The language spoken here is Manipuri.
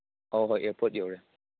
ꯑꯧ ꯍꯣꯏ ꯏꯌꯥꯔꯄꯣꯔꯠ ꯌꯧꯔꯦ